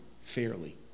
fairly